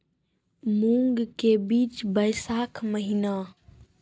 मूंग के बीज बैशाख महीना